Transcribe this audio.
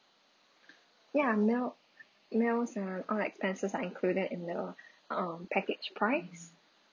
ya meal meals and all expenses are included in the um package price